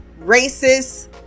racist